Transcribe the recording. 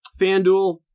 FanDuel